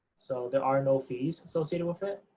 so there are no fees associated with it.